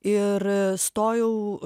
ir stojau